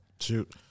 Shoot